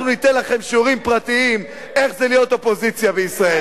אנחנו ניתן לכם שיעורים פרטיים איך זה להיות אופוזיציה בישראל.